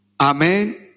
Amen